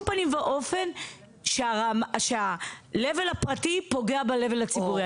פנים ואופן שה-level הפרטי פוגע ב-level הציבורי,